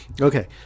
Okay